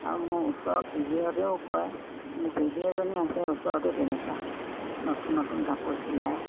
আৰু মোৰ ওচৰৰ পেহীহঁতেও কয় মোৰ পেহী এজনী আছে ওচৰতে তেনেকুৱা নতুন নতুন কাপোৰ চিলায়